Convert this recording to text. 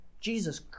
Jesus